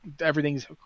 everything's